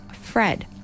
Fred